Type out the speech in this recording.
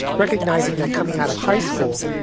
recognizing that coming out of high school,